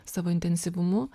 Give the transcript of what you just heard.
savo intensyvumu